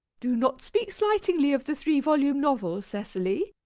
do not speak slightingly of the three-volume novel, cecily.